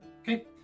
Okay